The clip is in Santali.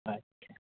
ᱟᱪᱪᱷᱟ